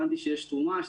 הבנתי שיש תרומה,